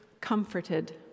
comforted